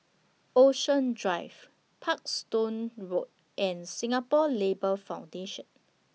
Ocean Drive Parkstone Road and Singapore Labour Foundation